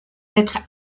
être